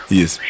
Yes